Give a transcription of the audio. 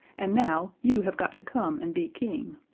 and now you have got to come and be king.